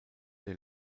der